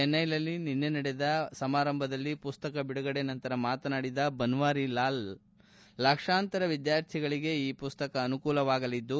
ಚಿನ್ನೈನಲ್ಲಿ ನಿನ್ನೆ ನಡೆದ ಸಮಾರಂಭದಲ್ಲಿ ಪುಸ್ತಕ ಬಿಡುಗಡೆ ನಂತರ ಮಾತನಾಡಿದ ಬನ್ವಾರಿಲಾಲ್ ಲಕ್ಷಾಂತರ ವಿದ್ಯಾರ್ಥಿಗಳಿಗೆ ಈ ಪುಸ್ತಕ ಅನುಕೂಲವಾಗಲಿದ್ದು